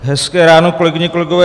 Hezké ráno, kolegyně, kolegové.